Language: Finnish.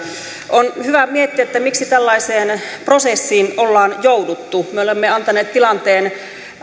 on hyvä miettiä miksi tällaiseen prosessiin ollaan jouduttu me olemme antaneet tilanteen